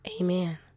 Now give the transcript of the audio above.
Amen